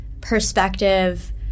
perspective